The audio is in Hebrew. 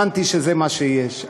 הבנתי שזה מה שיש.